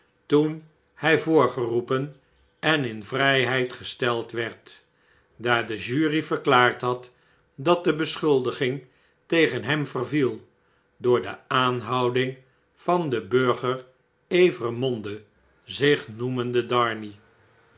toen hij voorgeroepen en in vrjjheid gesteld werd daar de jury verklaarth had datdebeschuldigingtegen hem verviel door de aanhouding van den burger evremonde zich noemende